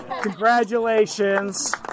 Congratulations